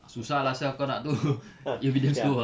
susah lah sia kau nak tu it'll be damn slow ah